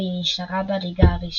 והיא נשארה בליגה הראשונה.